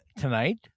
tonight